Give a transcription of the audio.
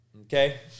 Okay